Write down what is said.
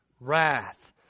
Wrath